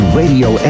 radio